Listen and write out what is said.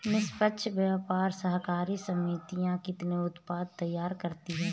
निष्पक्ष व्यापार सहकारी समितियां कितने उत्पाद तैयार करती हैं?